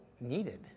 needed